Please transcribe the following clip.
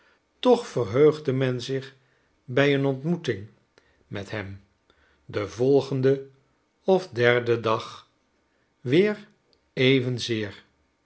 toch verheugde men zich bij een ontmoeting met hem den volgenden of derden dag weer evenzeer